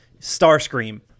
Starscream